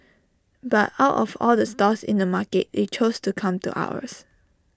but out of all the stalls in the market they chose to come to ours